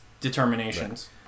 determinations